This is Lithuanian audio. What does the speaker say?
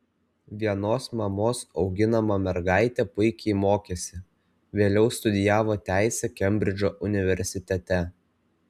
vienos mamos auginama mergaitė puikiai mokėsi vėliau studijavo teisę kembridžo universitete